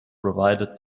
provided